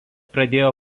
pradėjo